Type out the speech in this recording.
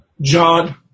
John